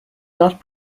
not